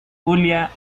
julia